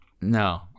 No